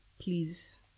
please